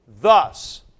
thus